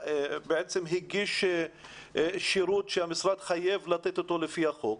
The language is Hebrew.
בעצם הגיש שירות שהמשרד חייב לתת אותו לפי החוק.